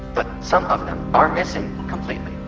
but some of them are missing completely.